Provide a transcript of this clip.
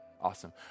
awesome